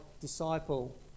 disciple